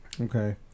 Okay